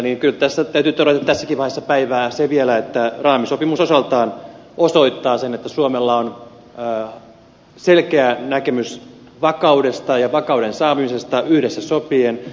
kyllä tässä täytyy todeta tässäkin vaiheessa päivää se vielä että raamisopimus osaltaan osoittaa sen että suomella on selkeä näkemys vakaudesta ja vakauden saamisesta yhdessä sopien